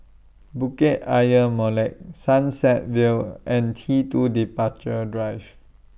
Bukit Ayer Molek Sunset Vale and T two Departure Drive